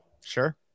Sure